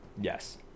yes